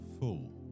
full